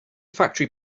factory